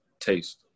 taste